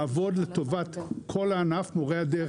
לעבוד לטובת כל הענף מורי הדרך.